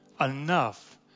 enough